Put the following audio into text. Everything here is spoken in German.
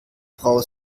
frau